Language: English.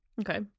Okay